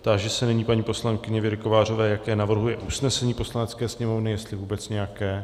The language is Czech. Táži se nyní paní poslankyně Věry Kovářová, jaké navrhuje usnesení Poslanecké sněmovny, jestli vůbec nějaké.